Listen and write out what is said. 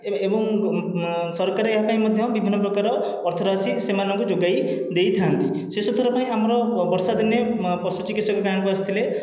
ଏବଂ ସରକାର ଏହାପାଇଁ ମଧ୍ୟ ବିଭିନ୍ନ ପ୍ରକାର ଅର୍ଥ ରାଶି ସେମାନଙ୍କୁ ଯୋଗାଇ ଦେଇଥାଆନ୍ତି ଶେଷଥର ପାଇଁ ଆମର ବର୍ଷାଦିନେ ପଶୁ ଚିକିତ୍ସକ ଗାଁକୁ ଆସିଥିଲେ